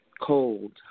cold